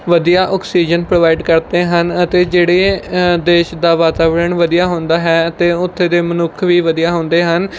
ਵਧੀਆ oxygen provide ਕਰਦੇ ਹਨ ਅਤੇ ਜਿਹੜੇ ਦੇਸ਼ ਦਾ ਵਾਤਾਵਰਣ ਵਧੀਆ ਹੁੰਦਾ ਹੈ ਅਤੇ ਉੱਥੇ ਦੇ ਮਨੁੱਖ ਵੀ ਵਧੀਆ ਹੁੰਦੇ ਹਨ